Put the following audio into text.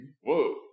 Whoa